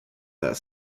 that